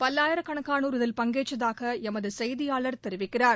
பல்லாயிரக்கணக்கானோர் இதில் பங்கேற்றதாக எமது செய்தியாளர் தெரிவிக்கிறார்